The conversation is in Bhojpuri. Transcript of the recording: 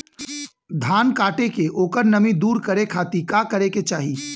धान कांटेके ओकर नमी दूर करे खाती का करे के चाही?